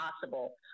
possible